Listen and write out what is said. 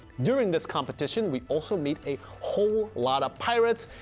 during this competition we also meet a whole lotta pirates,